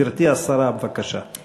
גברתי השרה, בבקשה.